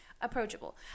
Approachable